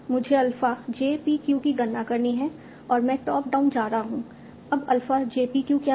मुझे alpha j p q की गणना करनी है और मैं टॉप डाउन जा रहा हूँ अब अल्फ़ा j p q क्या है